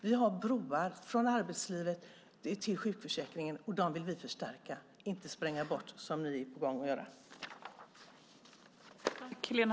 Vi har broar från arbetslivet till sjukförsäkringen, och dem vill vi förstärka, inte spränga bort som ni är på gång att göra.